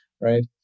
right